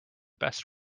best